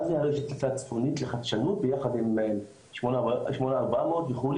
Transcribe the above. מה זה הרשת הצפונית לחדשנות ביחד עם 8,400 וכו',